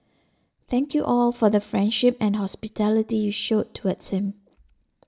thank you all for the friendship and hospitality you showed towards him